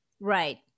Right